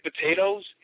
potatoes